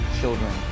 children